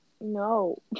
No